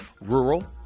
rural